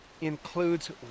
includes